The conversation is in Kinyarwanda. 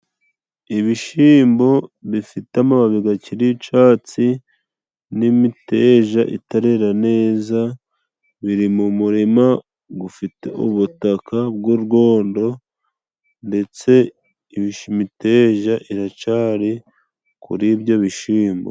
Ibishimbo bifite amababi gakiri icatsi n'imiteja itarera neza, biri mu murima gufite ubutaka bw'urwondo ndetse ibimiteja iracari kuri ibyo bishimbo.